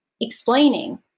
explaining